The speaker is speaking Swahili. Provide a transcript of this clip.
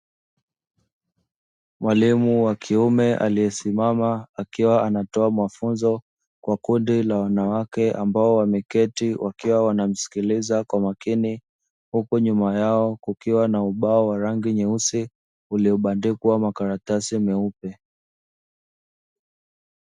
Mwalimu wa kiume aliyesimama akiwa anatoa mafunzo kwa kundi la wanawake ambao wameketi wakiwa wanamsikiliza kwa makini, huku nyuma yao kukiwa na ubao wa rangi nyeusi uliobandikwa makaratasi meupe.